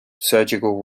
surgical